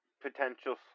potential